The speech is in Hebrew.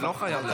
לא חייב להשיב.